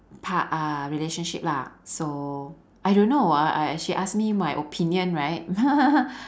pa~ uh relationship lah so I don't know uh uh she ask me my opinion right